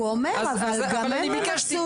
אז, אבל אני ביקשתי